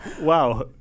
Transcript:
Wow